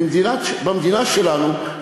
במדינה שלנו,